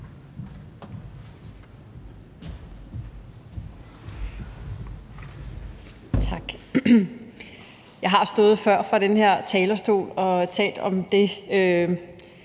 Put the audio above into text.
Tak. Jeg har før stået på den her talerstol og talt om det